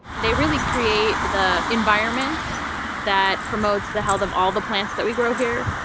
they really create the environment that promotes the health of all the plants that we grow here.